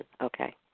Okay